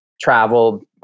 traveled